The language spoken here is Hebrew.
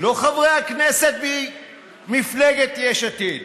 לא חברי הכנסת ממפלגת יש עתיד.